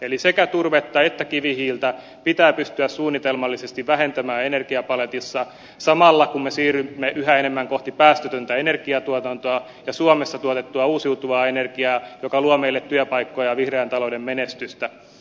eli sekä turvetta että kivihiiltä pitää pystyä suunnitelmallisesti vähentämään energiapaletissa samalla kun me siirrymme yhä enemmän kohti päästötöntä energiatuotantoa ja suomessa tuotettua uusiutuvaa energiaa joka luo meille työpaikkoja ja vihreän talouden menestystä